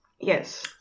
Yes